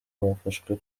bafashwe